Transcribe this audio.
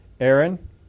Aaron